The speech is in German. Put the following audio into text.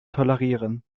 tolerieren